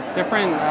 different